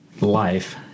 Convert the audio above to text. life